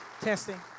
Testing